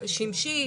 שמשית,